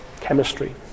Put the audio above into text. chemistry